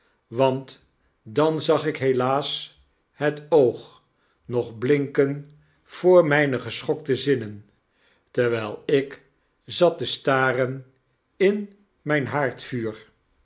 want dan zag ik helaas het oog nog blinken voor mjne geschokte zinnen terwijlik zat te staren in